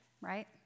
right